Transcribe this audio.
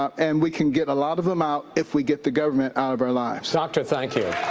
um and we can get a lot of them out if we get the government out of our lives. doctor, thank you.